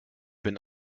bin